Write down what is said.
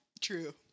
True